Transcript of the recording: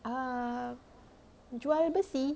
ah jual besi